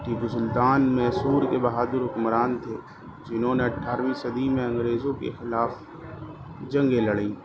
ٹیپو سلطان میسور کے بہادر حکمران تھے جنہوں نے اٹھارہویں صدی میں انگریزوں کے خلاف جنگیں لڑیں